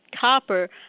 copper